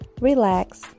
relax